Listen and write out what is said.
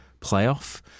playoff